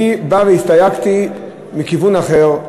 אני הסתייגתי מכיוון אחר.